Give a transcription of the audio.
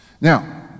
Now